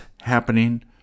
happening